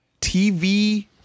tv